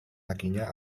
lakinya